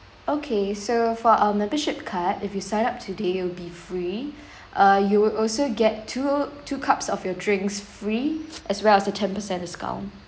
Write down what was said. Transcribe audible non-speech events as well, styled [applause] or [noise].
okay so for our membership card if you sign up today it'll be free [breath] uh you will also get two two cups of your drinks free as well as the ten percent discount